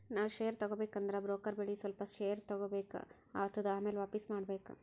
ನಾವ್ ಶೇರ್ ತಗೋಬೇಕ ಅಂದುರ್ ಬ್ರೋಕರ್ ಬಲ್ಲಿ ಸ್ವಲ್ಪ ಶೇರ್ ತಗೋಬೇಕ್ ಆತ್ತುದ್ ಆಮ್ಯಾಲ ವಾಪಿಸ್ ಮಾಡ್ಬೇಕ್